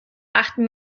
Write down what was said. achten